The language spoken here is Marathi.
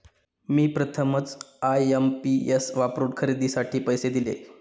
मी प्रथमच आय.एम.पी.एस वापरून खरेदीसाठी पैसे दिले